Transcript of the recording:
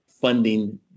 funding